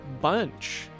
bunch